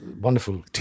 wonderful